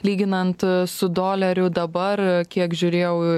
lyginant su doleriu dabar kiek žiūrėjau